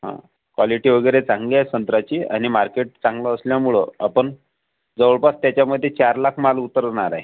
हा कॉलिटी वगैरे चांगली आहे संत्र्याची आणि मार्केट चांगलं असल्यामुळे आपण जवळपास त्याच्यामध्ये चार लाख माल उतरवणार आहे